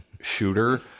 shooter